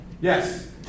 Yes